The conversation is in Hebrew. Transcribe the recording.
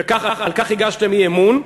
ועל כך הגשתם אי-אמון,